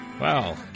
Wow